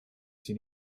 sie